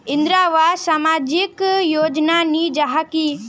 इंदरावास सामाजिक योजना नी जाहा की?